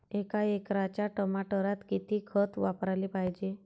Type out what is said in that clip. एका एकराच्या टमाटरात किती खत वापराले पायजे?